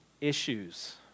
issues